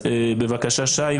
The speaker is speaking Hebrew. בבקשה שי.